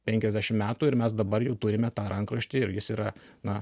penkiasdešim metų ir mes dabar jau turime tą rankraštį ir jis yra na